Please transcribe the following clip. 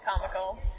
comical